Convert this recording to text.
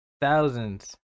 thousands